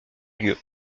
lieu